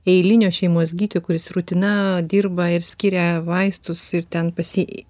eilinio šeimos gydytojo kuris rutina dirba ir skiria vaistus ir ten pas jį